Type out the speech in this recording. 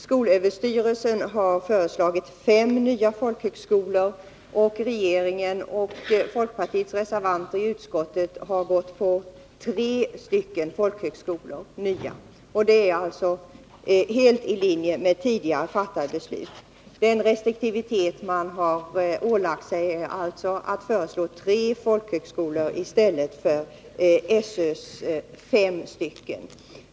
Skolöverstyrelsen har föreslagit fem nya folkhögskolor, och regeringen och folkpartiets reservanter i utskottet har föreslagit tre stycken. Det är alltså helt i linje med tidigare fattade beslut. Den restriktivitet man har ålagt sig innebär således att tre folkhögskolor föreslås i stället för SÖ:s fem.